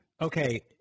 Okay